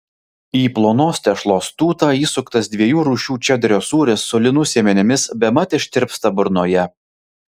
į plonos tešlos tūtą įsuktas dviejų rūšių čederio sūris su linų sėmenimis bemat ištirpsta burnoje